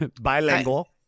Bilingual